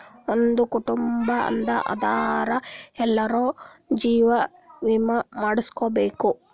ಒಂದ್ ಕುಟುಂಬ ಅದಾ ಅಂದುರ್ ಎಲ್ಲಾರೂ ಜೀವ ವಿಮೆ ಮಾಡುಸ್ಕೊಬೇಕ್